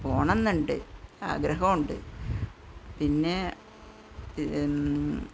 പോകണം എന്ന് ഉണ്ട് ആഗ്രഹവും ഉണ്ട് പിന്നെ